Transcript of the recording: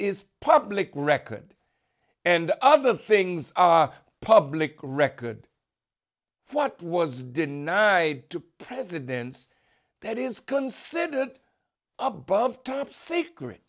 is public record and other things public record what was denied to presidents that is considered above top secret